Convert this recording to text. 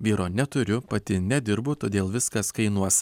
vyro neturiu pati nedirbu todėl viskas kainuos